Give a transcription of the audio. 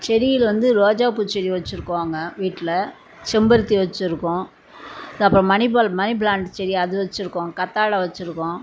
செடியில் வந்து ரோஜாப்பூ செடி வச்சுருக்கோங்க வீட்ல செம்பருத்தி வச்சுருக்கோம் அப்புறம் மணி பால் மணி ப்ளாண்ட் செடி அது வச்சுருக்கோம் கத்தாழை வச்சுருக்கோம்